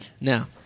Now